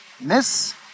Miss